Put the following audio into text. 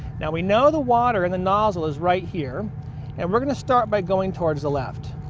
now we know the water in the nozzle is right here and we're going to start by going towards the left.